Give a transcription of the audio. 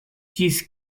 ĝis